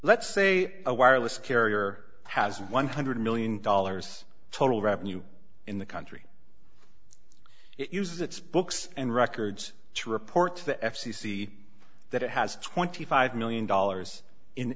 let's say a wireless carrier has one hundred million dollars total revenue in the country it uses its books and records to report to the f c c that it has twenty five million dollars in